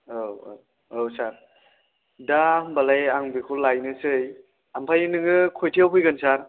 औ औ सार दा होनबालाय आं बेखौ लायनोसै ओमफ्राय नोङो खयथायाव फैगोन सार